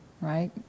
Right